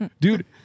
Dude